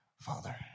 Father